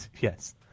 Yes